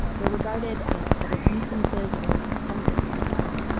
they're regarded as public nuisances or expensive headaches.